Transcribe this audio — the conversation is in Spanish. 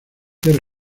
crecer